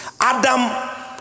Adam